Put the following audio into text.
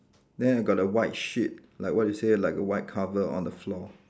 then I got the white sheet like what you say like a white cover on the floor